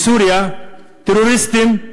מסוריה, טרוריסטים,